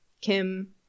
Kim